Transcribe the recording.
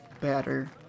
better